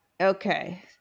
Okay